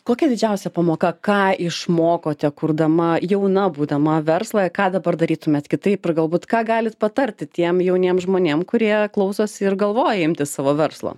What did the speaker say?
kokia didžiausia pamoka ką išmokote kurdama jauna būdama verslą ką dabar darytumėt kitaip ir galbūt ką galit patarti tiem jauniem žmonėm kurie klausosi ir galvoja imtis savo verslo